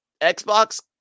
Xbox